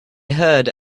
heard